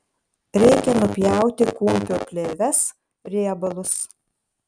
reikia nupjauti kumpio plėves riebalus